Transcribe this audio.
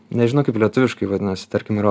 nežinau kaip lietuviškai vadinasi tarkim yra